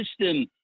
system